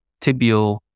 tibial